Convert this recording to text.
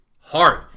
hard